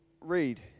read